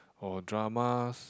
or dramas